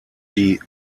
die